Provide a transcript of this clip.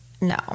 no